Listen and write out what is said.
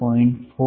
2 0